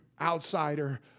outsider